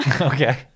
Okay